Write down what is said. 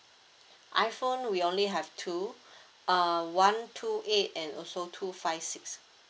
iphone we only have two uh one two eight and also two five six